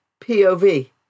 pov